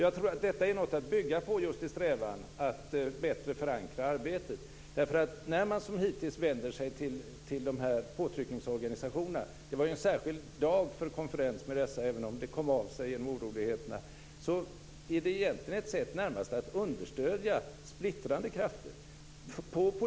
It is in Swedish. Jag tror att detta är något att bygga på just i strävan att bättre förankra arbetet. När man, som hittills, vänder sig till de här påtryckningsorganisationerna - det var en särskild dag för konferens med dessa, även om den kom av sig genom oroligheterna - är det närmast ett sätt att understödja splittrande krafter.